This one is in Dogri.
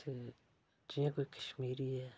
ते जियां कोई कश्मीरी ऐ